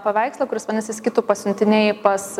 paveikslą kuris vadinasi skitų pasiuntiniai pas